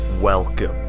welcome